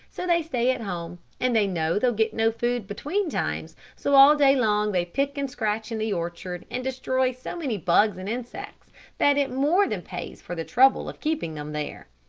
so they stay at home. and they know they'll get no food between times, so all day long they pick and scratch in the orchard, and destroy so many bugs and insects that it more than pays for the trouble of keeping them there.